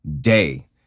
day